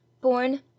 born